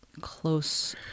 close